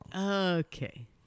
Okay